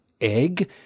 egg